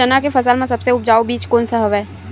चना के फसल म सबले उपजाऊ बीज कोन स हवय?